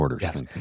Yes